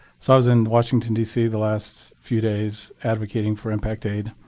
so i was in washington, dc the last few days advocating for impact aid.